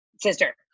sister